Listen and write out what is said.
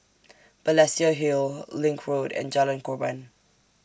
Balestier Hill LINK Road and Jalan Korban